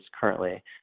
currently